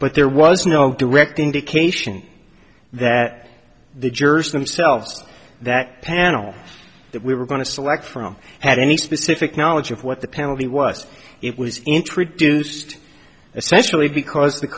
but there was no direct indication that the jurors themselves that panel that we were going to select from had any specific knowledge of what the penalty was it was introduced essentially because the